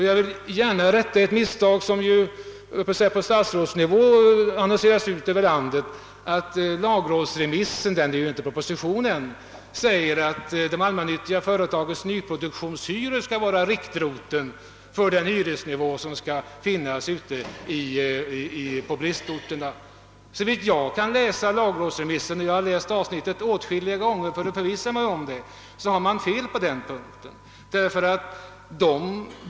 Jag vill här rätta ett misstag vilket har annonserats ut över landet. Det har påståtts att i lagrådsremissen — det har ju inte blivit någon proposition ännu — har förklarats att de allmännyttiga produktionsföretagens nyproduktionshyror skall vara riktpunkt för den hyresnivå som skall tillämpas på bristorterna. Såvitt jag kan utläsa ur lagrådsremissen — och jag har läst avsnittet åtskilligare gånger för att förvissa mig om att jag fattat rätt — är det påståendet felaktigt.